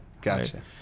Gotcha